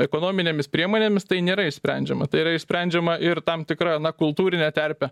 ekonominėmis priemonėmis tai nėra išsprendžiama tai yra išsprendžiama ir tam tikra na kultūrine terpe